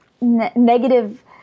negative